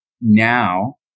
now